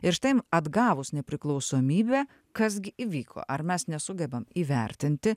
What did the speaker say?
ir štai m atgavus nepriklausomybę kas gi įvyko ar mes nesugebam įvertinti